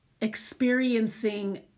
experiencing